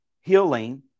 healing